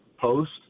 post